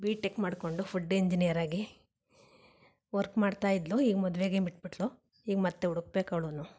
B tech ಮಾಡಿಕೊಂಡು food ಇಂಜಿನಿಯರಾಗಿ work ಮಾಡ್ತಾ ಇದ್ದಳು ಈಗ ಮದುವೆಯಾಗಿ ಬಿಟ್ಟುಬಿಟ್ಳು ಈಗ ಮತ್ತೆ ಹುಡ್ಕಬೇಕು ಅವಳೂನೂ